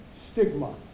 stigma